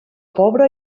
pobre